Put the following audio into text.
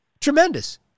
Tremendous